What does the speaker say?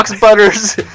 Butters